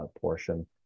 portion